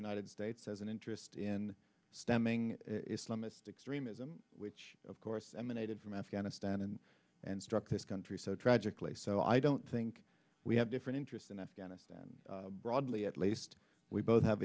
united states has an interest in stemming islamist extremism which of course emanated from afghanistan and and struck this country so tragically so i don't think we have different interests in afghanistan broadly at least we both have